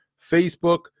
Facebook